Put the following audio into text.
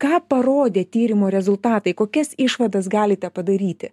ką parodė tyrimo rezultatai kokias išvadas galite padaryti